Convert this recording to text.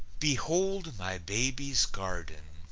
behold my baby's garden,